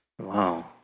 Wow